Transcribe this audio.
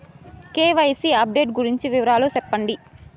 KYC update గురించి వివరాలు సెప్పండి?